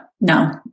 no